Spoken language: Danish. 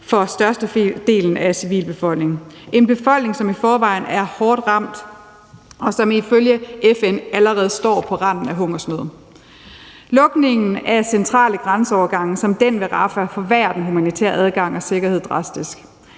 for størstedelen af civilbefolkningen, som i forvejen er hårdt ramt, og som ifølge FN allerede står på randen af hungersnød. Lukningen af centrale grænseovergange som den ved Rafah, forværrer den humanitære adgang og sikkerhed drastisk.